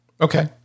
Okay